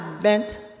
bent